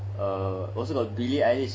but also got billy eilish !wah!